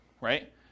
right